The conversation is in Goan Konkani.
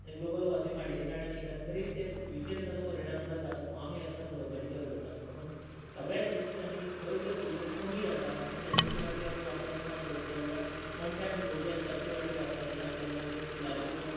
आनी ग्लोबल वॉर्मिंग वाडिल्या कारणान एकंदरीत ते पृथ्वीचेर ताचो परिणाम जाता हो आमी लक्षांत दवरपाची गरज आसा म्हणून सगळ्या दृश्टीन आमी खंय खंय पोल्यूशन कमी जाता हे प्लास्टिकच्यो बाटल्यो आमी वापरप ना चड त्या बदला वन टायम त्रो बी आसतात त्यो बाटल्यो वापरप ना त्या बदला आमी स्टिलाच्यो किंवा